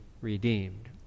redeemed